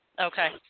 Okay